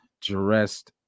dressed